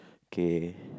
K